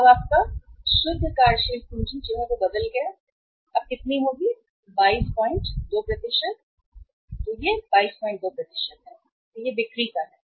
अब आपका बदल गया शुद्ध कार्यशील पूंजी कितनी होगी 222 और अगर यह 222 है तो यह 222 क्या है यह बिक्री का है